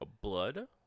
blood